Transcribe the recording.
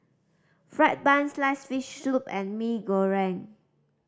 fried bun sliced fish soup and Mee Goreng